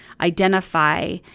identify